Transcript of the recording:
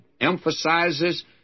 emphasizes